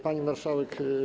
Pani Marszałek!